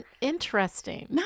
interesting